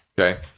okay